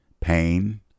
pain